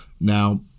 Now